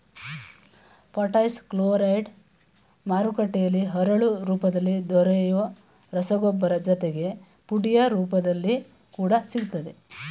potash chloride ಮಾರುಕಟ್ಟೆಲಿ ಹರಳು ರೂಪದಲ್ಲಿ ದೊರೆಯೊ ರಸಗೊಬ್ಬರ ಜೊತೆಗೆ ಪುಡಿಯ ರೂಪದಲ್ಲಿ ಕೂಡ ಸಿಗ್ತದೆ